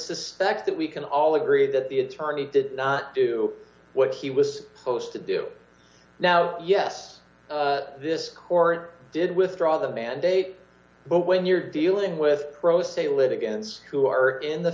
suspect that we can all agree that the attorney did not do what he was supposed to do now yes this court did withdraw the mandate but when you're dealing with pro se litigants who are in the